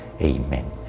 Amen